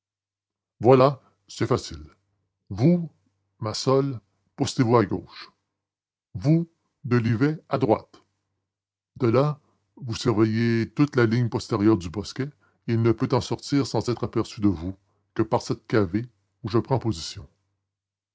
voilà c'est facile vous massol postez vous à gauche vous delivet à droite de là vous surveillez toute la ligne postérieure du bosquet et il ne peut en sortir sans être aperçu de vous que par cette cavée où je prends position